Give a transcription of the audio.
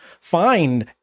find